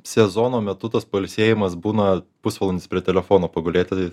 sezono metu tas pailsėjimas būna pusvalandis prie telefono pagulėti